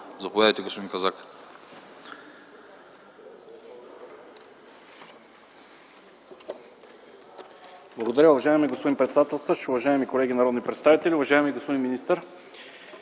Заповядайте, господин Казак.